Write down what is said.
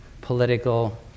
political